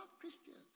Christians